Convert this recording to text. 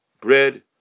bread